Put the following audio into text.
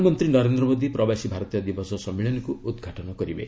ପ୍ରଧାନମନ୍ତ୍ରୀ ନରେନ୍ଦ୍ର ମୋଦି ପ୍ରବାସୀ ଭାରତୀୟ ଦିବସ ସମ୍ମିଳନୀକୁ ଉଦ୍ଘାଟନ କରିବେ